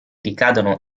ricadono